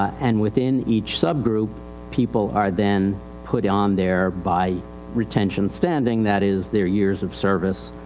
and within each sub-group people are then put on there by retention standing, that is their years of service,